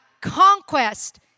conquest